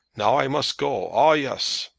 now i must go. ah yes.